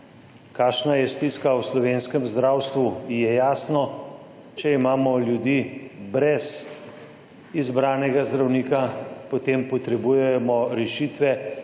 kakšna je stiska v slovenskem zdravstvu, je jasno: če imamo ljudi brez izbranega zdravnika, potem potrebujemo rešitve,